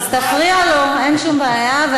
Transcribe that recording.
אז תפריע לו, אין שום בעיה.